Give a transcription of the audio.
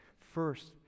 First